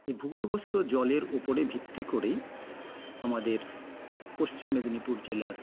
এই ভূগর্ভস্থ জলের উপরে ভিত্তি করেই আমাদের পশ্চিম মেদিনীপুর জেলার